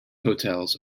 hotels